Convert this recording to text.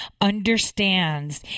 understands